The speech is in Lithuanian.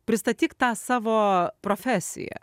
pristatyk tą savo profesiją